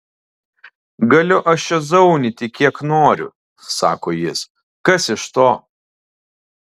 galiu aš čia zaunyti kiek noriu sako jis kas iš to